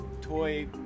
toy